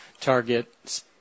target